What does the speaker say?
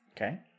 Okay